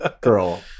Girl